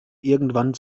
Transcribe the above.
irgendwann